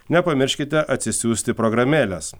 nepamirškite atsisiųsti programėlės